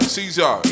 Caesar